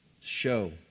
Show